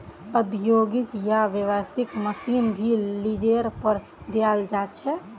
औद्योगिक या व्यावसायिक मशीन भी लीजेर पर दियाल जा छे